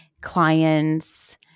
clients